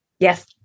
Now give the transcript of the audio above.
Yes